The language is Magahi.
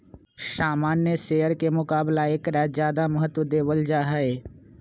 सामान्य शेयर के मुकाबला ऐकरा ज्यादा महत्व देवल जाहई